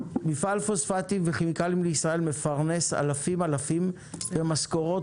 מפעל פוספטים וכימיקלים לישראל מפרנס אלפים אלפים במשכורות